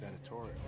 editorial